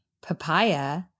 papaya